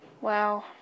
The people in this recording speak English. Wow